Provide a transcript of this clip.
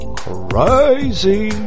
crazy